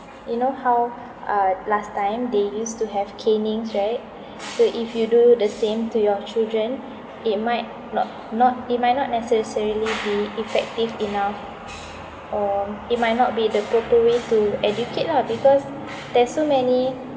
you know how uh last time they used to have canings right so if you do the same to your children it might not not it might not necessarily be effective enough um it might not be the proper way to educate lah because there's so many